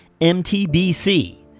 MTBC